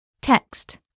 Text